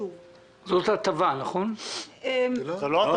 מה המצב היום?